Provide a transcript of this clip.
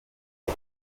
one